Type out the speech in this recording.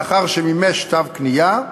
לאחר שמימש תו קנייה,